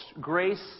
Grace